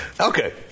Okay